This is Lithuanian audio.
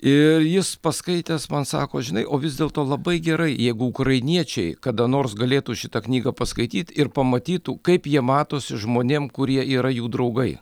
ir jis paskaitęs man sako žinai o vis dėlto labai gerai jeigu ukrainiečiai kada nors galėtų šitą knygą paskaityt ir pamatytų kaip jie matosi žmonėm kurie yra jų draugai